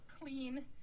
clean